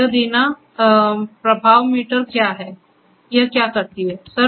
तोयह दीना प्रवाह मीटर क्या है यह क्या करता है